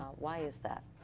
um why is that?